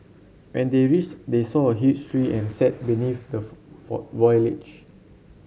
when they reached they saw a huge tree and sat beneath the for for